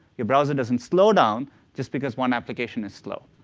your browser doesn't slow down just because one application is slow.